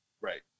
Right